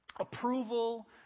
approval